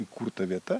įkurta vieta